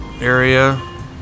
area